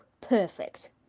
perfect